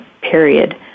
period